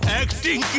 acting